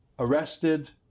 arrested